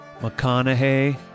McConaughey